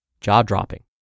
jaw-dropping